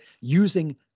using